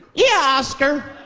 yeah, oscar,